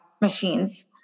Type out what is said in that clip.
machines